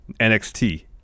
NXT